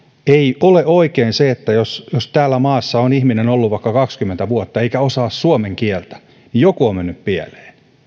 ei ole oikein se jos jos täällä maassa on ihminen ollut vaikka kaksikymmentä vuotta eikä osaa suomen kieltä silloin joku on mennyt pieleen